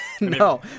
No